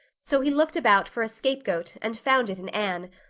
so he looked about for a scapegoat and found it in anne,